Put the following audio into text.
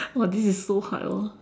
!wah! this is so hard lor